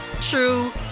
true